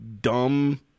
dumb